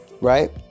right